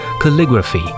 calligraphy